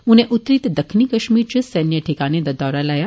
उनें उत्तरी ते दक्खनी कश्मीर इच सैन्य ठिकानें दा दौरा लाया